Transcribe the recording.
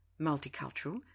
multicultural